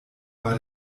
war